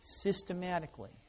systematically